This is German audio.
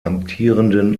amtierenden